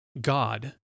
God